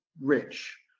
rich